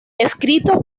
escrito